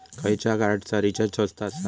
खयच्या कार्डचा रिचार्ज स्वस्त आसा?